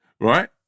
right